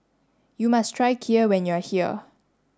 you must try Kheer when you are here